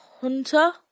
hunter